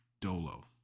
Dolo